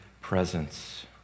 presence